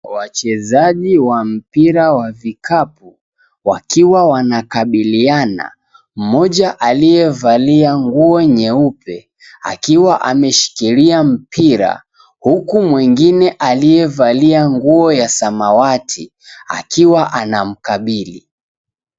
Wachezaji wa mpira ya vikapu, wakiwa wanakabiliana. Mmoja aliye amevalia nguo nyeupe akiwa ameshikilia mpira huku mwingine aliyevalia nguo ya samawati akiwa anamkabili.